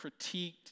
critiqued